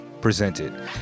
presented